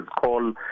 call